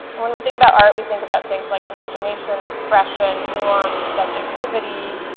when we think about art, we think about things like imagination, expression, nuance, subjectivity,